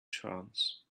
trance